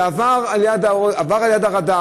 זה עבר ליד הרדאר,